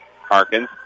Harkins